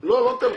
לא נותן לך.